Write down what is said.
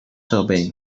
设备